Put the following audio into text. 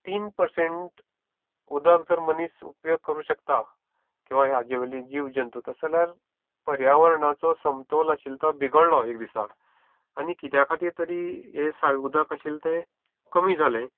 तीन पर्सेंट उदक जर मनीस उपयोग करू शकता किंवा हाजे जीव जंतू तशें जाल्यार पर्यावरणाचो समतोल आशिल्लो तो बिगडलो कांय दिसा आनी किद्या खातीर तरी हें सायें उदक आशिल्लें तें कमी जालें